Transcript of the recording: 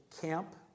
camp